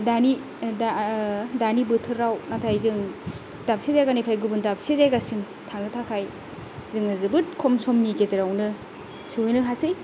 दानि दा दानि बोथोराव नाथाय जों दाबसे जायगानिफ्राय गुबुन दाबसे जायगासिम थांनो थाखाय जोङो जोबोद खम समनि गेजेरावनो सौहैनो हासै